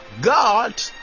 God